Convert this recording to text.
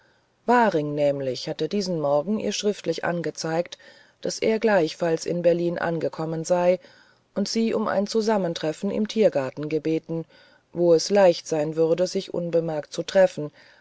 waring nämlich hatte diesen morgen ihr schriftlich angezeigt daß er gleichfalls in berlin angekommen sei und sie um eine zusammenkunft im tiergarten gebeten wo es leicht sein würde sich unbemerkt zu treffen